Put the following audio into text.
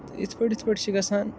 تہٕ یِتھ پٲٹھۍ یِتھ پٲٹھۍ چھِ گژھان